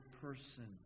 person